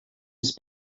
ist